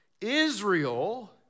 Israel